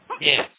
Yes